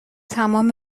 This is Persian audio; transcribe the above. تمام